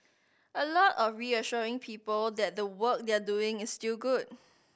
a lot of reassuring people that the work they're doing is still good